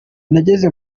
nageze